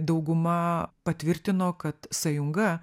dauguma patvirtino kad sąjunga